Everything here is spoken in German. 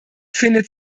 findet